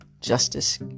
Justice